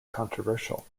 controversial